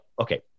Okay